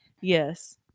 Yes